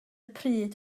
pryd